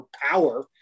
power